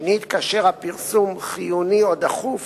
שנית, כאשר הפרסום חיוני או דחוף